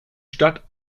stadt